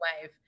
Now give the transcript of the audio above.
wave